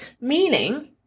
meaning